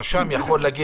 הרשם יכול לומר: